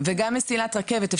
וגם מסילת רכבת,